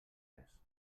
res